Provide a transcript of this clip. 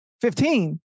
Fifteen